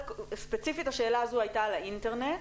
ספציפית השאלה הזו הייתה על האינטרנט,